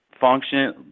function